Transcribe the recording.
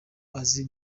azi